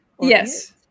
Yes